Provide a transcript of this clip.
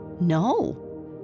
No